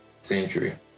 Century